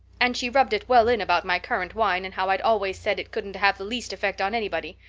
and she rubbed it well in about my currant wine and how i'd always said it couldn't have the least effect on anybody.